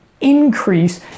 increase